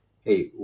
hey